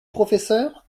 professeur